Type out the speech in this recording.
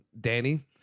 Danny